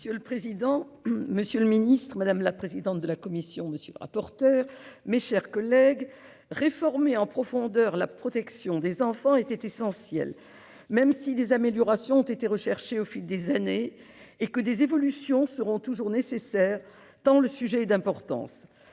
Monsieur le président, monsieur le secrétaire d'État, mes chers collègues, réformer en profondeur la protection des enfants était essentiel, même si des améliorations ont été recherchées au fil des années et que des évolutions seront toujours nécessaires tant le sujet est d'importance.